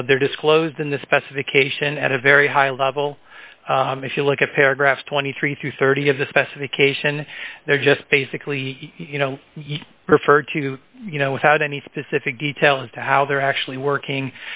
you know they're disclosed in the specification at a very high level if you look at paragraph twenty three through thirty of the specification they're just basically you know you referred to you know without any specific detail as to how they're actually working